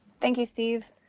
thank you, steve.